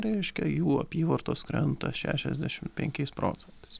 reiškia jų apyvartos krenta šešiasdešim penkiais procentais